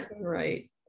right